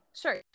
Sure